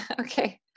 Okay